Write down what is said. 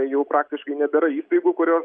jau praktiškai nebėra įstaigų kurios